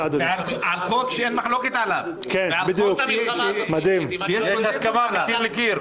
ועל חוק שאין מחלוקת עליו, יש הסכמה מקיר לקיר.